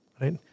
right